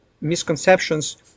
misconceptions